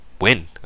win